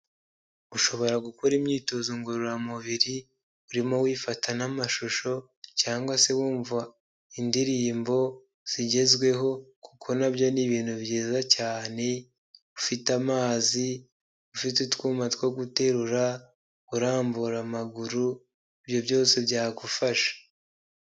Ushobora gukora imyitozo ngororamubiri urimo wifata n'amashusho cyangwa se wumva indirimbo zigezweho kuko nabyo ni ibintu byiza cyane, ufite amazi, ufite utwuma two guterura, urambura amaguru ibyo byose byagufasha.